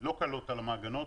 לא קלות על המעגנות,